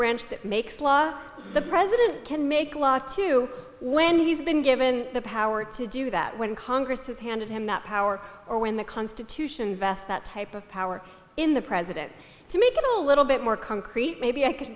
branch that makes law the president can make a law too when he's been given the power to do that when congress has handed him that power or when the constitution vests that type of power in the president to make it a little bit more concrete maybe i c